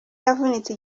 yavunitse